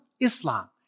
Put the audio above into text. Islam